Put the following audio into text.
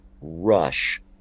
rush